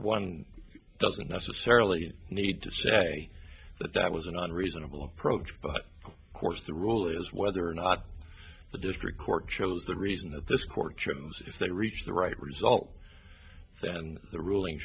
one doesn't necessarily need to say that that was a not a reasonable approach but of course the rule is whether or not the district court chose the reason that this courtroom was if they reach the right result then the ruling